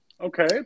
okay